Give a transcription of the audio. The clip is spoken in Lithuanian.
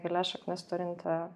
gilias šaknis turinti